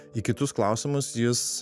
į kitus klausimus jis